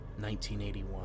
1981